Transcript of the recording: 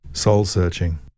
soul-searching